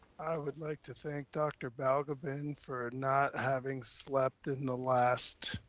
would like to thank dr. balgobin for not having slept in the last